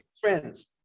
friends